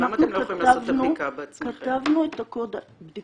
אנחנו כתבנו את הקוד --- למה אתם לא יכולים לעשות את הבדיקה בעצמכם?